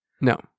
No